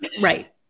Right